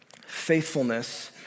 Faithfulness